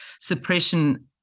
suppression